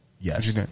yes